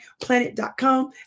planet.com